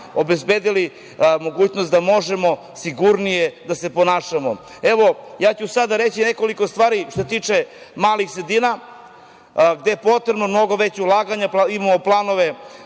obezbedili mogućnost da možemo sigurnije da se ponašamo. Evo, ja ću sada reći nekoliko stvari što se tiče malih sredina, gde je potrebno mnogo veće ulaganje. Imamo planove